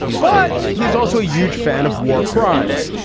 but he is also a huge fan of war crimes,